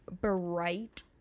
bright